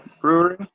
Brewery